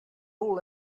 all